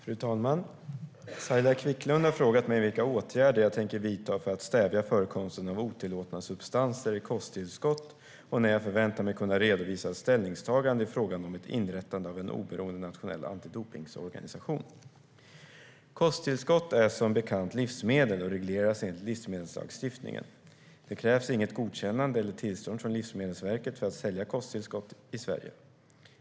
Fru talman! Saila Quicklund har frågat mig vilka åtgärder jag tänker vidta för att stävja förekomsten av otillåtna substanser i kosttillskott och när jag förväntar mig att kunna redovisa ett ställningstagande i frågan om ett inrättande av en oberoende nationell antidopningsorganisation. Kosttillskott är som bekant livsmedel och regleras enligt livsmedelslagstiftningen. Det krävs inget godkännande eller tillstånd från Livsmedelsverket för att sälja kosttillskott i Sverige.